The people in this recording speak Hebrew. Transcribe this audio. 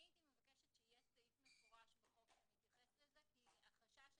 הייתי מבקשת שיהיה סעיף מפורש בחוק שמתייחס לזה כי החשש שלי,